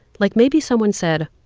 like, maybe someone said,